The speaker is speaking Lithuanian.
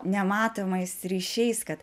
nematomais ryšiais kad